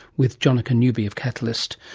with jonica newby of catalyst,